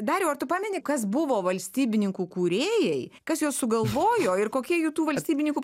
dariau ar tu pameni kas buvo valstybininkų kūrėjai kas juos sugalvojo ir kokie jų tų valstybininkų